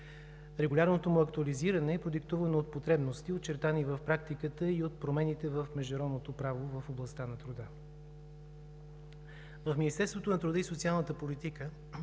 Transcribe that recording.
Регулярното му актуализиране е продиктувано от потребности, очертани в практиката, и от промените в международното право в областта на труда. В Министерството на труда и социалната политика